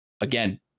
again